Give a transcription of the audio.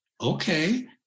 okay